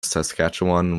saskatchewan